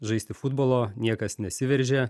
žaisti futbolo niekas nesiveržia